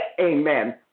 Amen